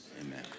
amen